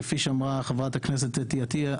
כפי שאמרה אתי עטייה.